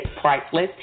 priceless